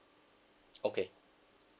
okay